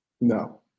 No